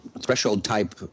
threshold-type